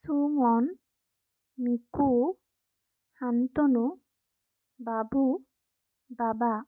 সুমন মিকু শান্তনু বাবু বাবা